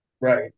right